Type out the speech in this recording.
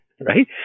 Right